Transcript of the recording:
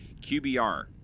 QBR